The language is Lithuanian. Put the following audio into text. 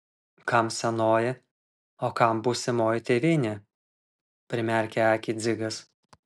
kam senoji o kam būsimoji tėvynė primerkė akį dzigas